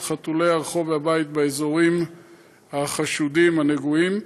חתולי הרחוב והבית באזורים החשודים הנגועים.